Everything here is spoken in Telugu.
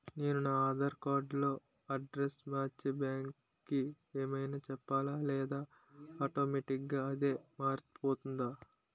నేను నా ఆధార్ కార్డ్ లో అడ్రెస్స్ మార్చితే బ్యాంక్ కి ఏమైనా చెప్పాలా లేదా ఆటోమేటిక్గా అదే మారిపోతుందా?